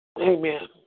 Amen